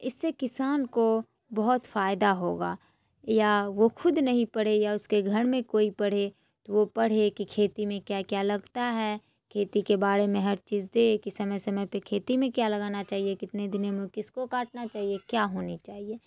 اس سے کسان کو بہت فائدہ ہوگا یا وہ کوخد نہیں پڑھے یا اس کے گھر میں کوئی پڑھے تو وہ پڑھے کہ کھیتی میں کیا کیا لگتا ہے کھیتی کے بارے میں ہر چیز دے کہ سمے سمے پہ کھیتی میں کیا لگانا چاہیے کتنے دنوں میں کس کو کاٹنا چاہیے کیا ہونی چاہیے